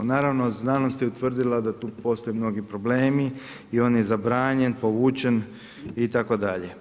Naravno znanost je utvrdila da tu postoje mnogi problemi i on je zabranjen i povučen itd.